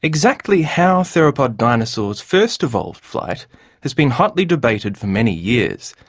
exactly how theropod dinosaurs first evolved flight has been hotly debated for many years,